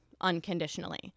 unconditionally